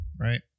right